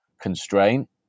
constraint